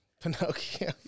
Pinocchio